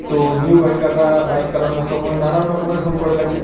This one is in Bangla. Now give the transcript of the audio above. তো নিউ বাইকাররা বাইক চালানোর সময় নানান রকমের ভুল করে থাকে